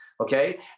Okay